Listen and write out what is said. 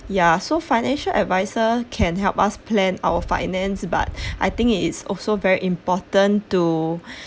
ya so financial adviser can help us plan our finance but I think it is also very important to